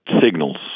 signals